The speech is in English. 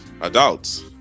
Adults